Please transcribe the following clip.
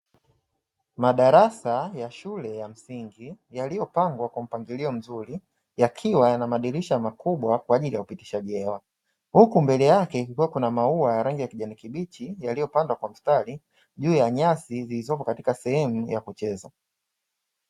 Madarasa ya shule ya msingi, yaliyopangwa kwa mpangilio mzuri, yakiwa yana madirisha makubwa kwa ajili ya kupitisha hewa, huku mbele yake kukiwa kuna maua ya rangi ya kijani kibichi, yaliyopandwa kwa mstari juu ya nyasi zilizopo katika sehemu ya kucheza.